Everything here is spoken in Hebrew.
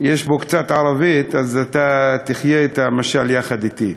יש בו קצת ערבית, אז אתה תחיה את המשל יחד אתי,